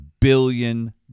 billion